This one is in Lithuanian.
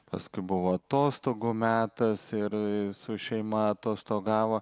paskui buvo atostogų metas ir su šeima atostogavo